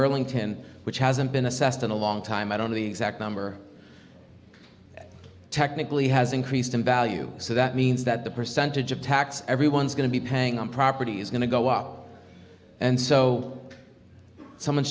burlington which hasn't been assessed in a long time out on the number technically has increased in value so that means that the percentage of tax everyone's going to be paying on property is going to go out and so someone